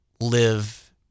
live